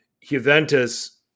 Juventus